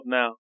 now